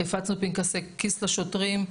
הפצנו פנקסי כיס לשוטרים,